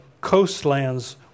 coastlands